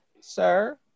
sir